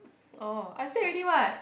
oh I said already what